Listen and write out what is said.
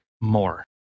more